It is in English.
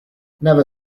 never